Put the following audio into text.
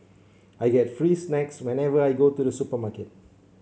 I get free snacks whenever I go to the supermarket